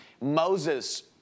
Moses